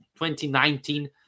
2019